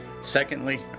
Secondly